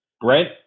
Brent